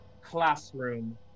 classroom